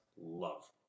love